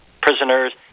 prisoners